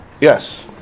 Yes